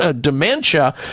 dementia